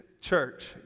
church